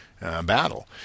battle